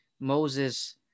Moses